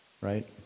Right